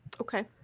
Okay